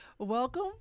Welcome